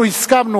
אנחנו הסכמנו,